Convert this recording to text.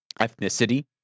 ethnicity